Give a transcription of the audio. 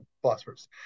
philosophers